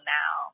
now